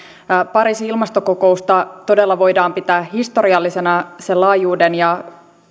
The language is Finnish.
pariisin ilmastokokousta todella voidaan pitää historiallisena sen laajuuden ja